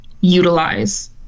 utilize